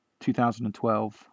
2012